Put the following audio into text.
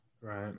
right